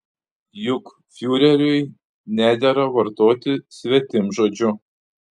juk fiureriui nedera vartoti svetimžodžių